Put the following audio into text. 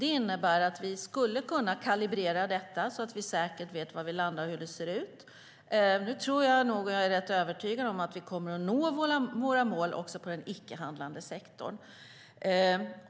Det innebär att vi skulle kunna kalibrera detta så att vi säkert vet var vi landar och hur det ser ut. Nu är jag rätt övertygad om att vi kommer att nå våra mål också på den icke-handlande sektorn.